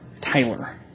Tyler